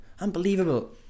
Unbelievable